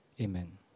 Amen